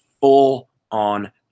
full-on